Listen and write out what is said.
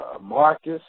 Marcus